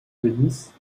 bénisse